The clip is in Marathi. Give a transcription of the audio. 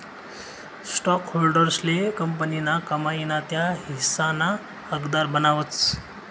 स्टॉकहोल्डर्सले कंपनीना कमाई ना त्या हिस्साना हकदार बनावतस